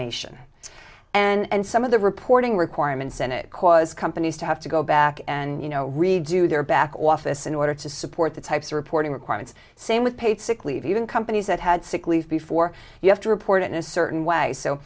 nation and some of the reporting requirements in it cause companies to have to go back and you know redo their back office in order to support the types reporting requirements same with paid sick leave even companies that had sick leave before you have to report in a certain way so